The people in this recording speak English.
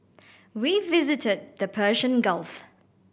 we visited the Persian Gulf